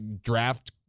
draft